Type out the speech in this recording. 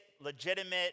legitimate